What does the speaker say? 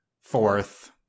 fourth